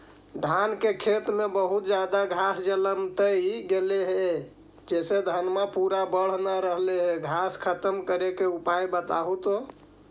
धान के खेत में बहुत ज्यादा घास जलमतइ गेले हे जेसे धनबा पुरा बढ़ न रहले हे घास खत्म करें के उपाय बताहु तो?